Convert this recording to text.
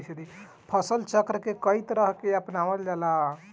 फसल चक्र के कयी तरह के अपनावल जाला?